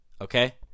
Okay